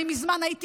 אני מזמן הייתי